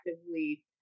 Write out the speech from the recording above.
actively